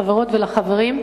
לחברות ולחברים,